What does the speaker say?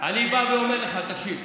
אני בא ואומר לך, תקשיב: